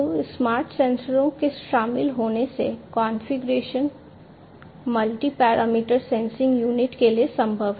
तो स्मार्ट सेंसरों के शामिल होने से configuration multi parameter sensing unit के लिए संभव है